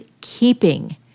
keeping